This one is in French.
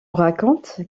raconte